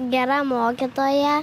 gera mokytoja